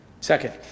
Second